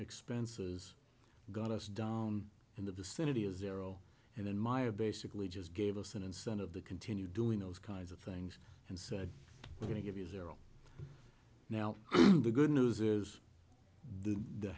expenses got us down in the vicinity of zero and then myer basically just gave us an incentive the continue doing those kinds of things and said we're going to give you zero now the good news is the